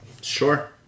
Sure